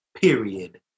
period